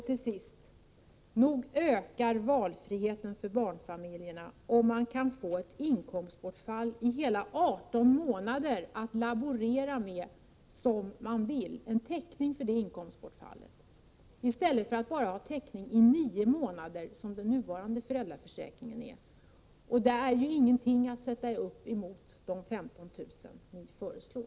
Till sist: Nog ökar valfriheten för barnfamiljerna, om man kan få täckning för ett inkomstbortfall i hela 18 månader att laborera med som man vill i stället för täckning i bara nio månader som för närvarande. Det är ju ingenting att sätta upp emot de 15 000 kr. som ni föreslår.